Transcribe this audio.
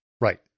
Right